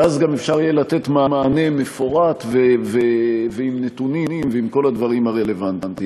ואז גם אפשר יהיה לתת מענה מפורט ועם נתונים ועם כל הדברים הרלוונטיים.